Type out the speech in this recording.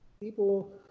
People